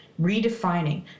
redefining